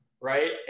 right